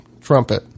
Trumpet